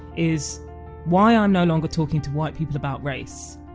is why i'm no longer talking to white people about race.